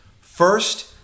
First